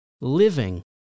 living